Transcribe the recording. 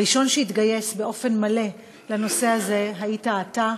הראשון שהתגייס באופן מלא לנושא הזה היה אתה,